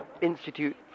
Institute